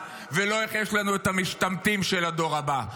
ולא איך יש לנו את המשתמטים של הדור הבא.